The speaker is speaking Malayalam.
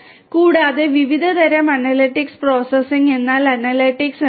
കൂടാതെ വിവിധ തരം അനലിറ്റിക്സ് പ്രോസസ്സിംഗ് എന്നാൽ അനലിറ്റിക്സ് എന്നാണ്